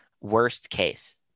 worst-case